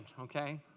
okay